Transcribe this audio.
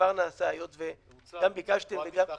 שכבר נעשה, היות שגם ביקשתם.